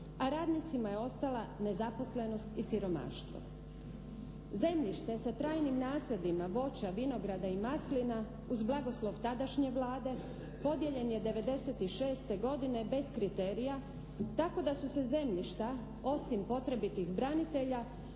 a radnicima je ostala nezaposlenost i siromaštvo. Zemljište sa trajnim nasadima voća, vinograda i maslina uz blagoslov tadašnje Vlade, podijeljen je 96. godine bez kriterija tako da su se zemljišta osim potrebitih branitelja